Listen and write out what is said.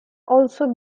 also